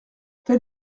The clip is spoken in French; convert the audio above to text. tel